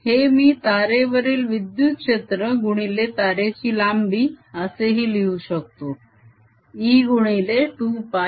हे मी तारेवरील विद्युत क्षेत्र गुणिले तारेची लांबी असेही लिहू शकतो E गुणिले 2πr